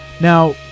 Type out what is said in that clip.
Now